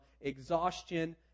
exhaustion